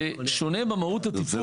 זה שונה במהות התפעול.